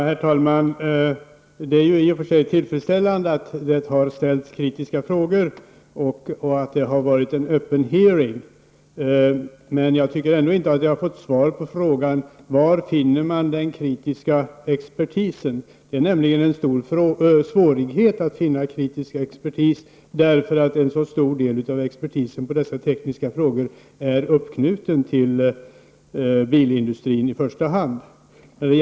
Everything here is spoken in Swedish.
Herr talman! Det är ju i och för sig tillfredsställande att det har ställts kritiska frågor och att det har varit en öppen hearing, men jag tycker ändå inte att jag har fått svar på frågan: Var finner man den kritiska expertisen? Det är nämligen en stor svårighet att finna kritisk expertis, därför att en så stor del av expertisen på dessa tekniska saker är uppknuten till i första hand bilindustrin.